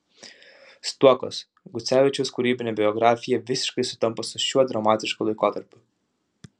stuokos gucevičiaus kūrybinė biografija visiškai sutampa su šiuo dramatišku laikotarpiu